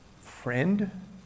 friend